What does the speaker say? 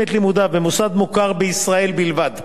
את לימודיו במוסד מוכר בישראל בלבד,